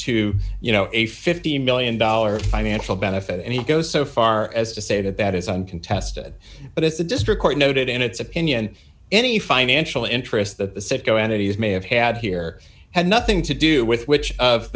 to you know a fifty million dollars financial benefit and he goes so far as to say that that is uncontested but if the district court noted in its opinion any fine anshul interest the citgo entities may have had here had nothing to do with which of